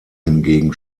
hingegen